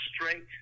straight